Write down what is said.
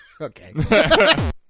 Okay